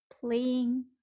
playing